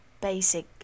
basic